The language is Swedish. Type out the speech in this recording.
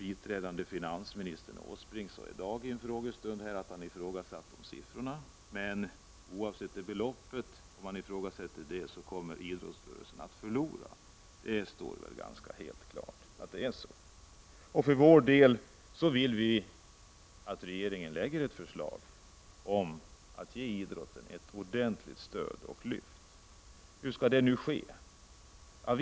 Biträdande finansministern Åsbrink sade i dag under fråge stunden att han ifrågasätter de siffrorna. Men oavsett beloppet kommer idrottsrörelsen att förlora. Det står helt klart. För vpk:s del vill vi att regeringen lägger fram ett förslag om att ge idrotten ett ordentligt stöd och lyft. Hur skall nu det gå till?